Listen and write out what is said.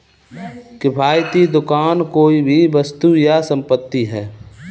किफ़ायती दुकान कोई भी वस्तु या संपत्ति है